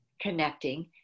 connecting